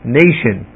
nation